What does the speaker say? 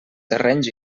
terrenys